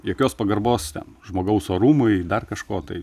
jokios pagarbos žmogaus orumui dar kažko tai